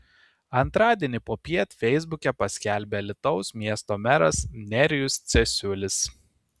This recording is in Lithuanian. antradienį popiet feisbuke paskelbė alytaus miesto meras nerijus cesiulis